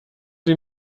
sie